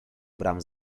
bram